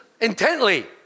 intently